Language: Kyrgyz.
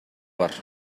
бар